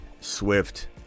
Swift